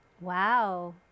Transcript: Wow